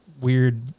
weird